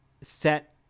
set